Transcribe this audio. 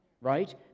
right